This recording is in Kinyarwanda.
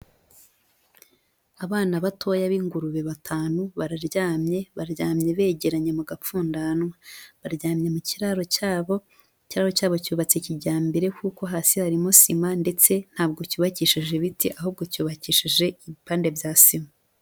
Abana batoya b'ingurube batanu, bararyamye, baryamye begeranye mu gapfundanwa. Baryamye mu kiraro cyabo, ikiraro cyabo cyubatse kijyambere kuko hasi harimo sima ndetse ntabwo cyubakishije ibiti, ahubwo cyubakishije ibipande bya sima.